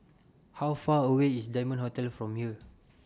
How Far away IS Diamond Hotel from here